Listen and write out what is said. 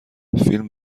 فیلم